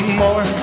more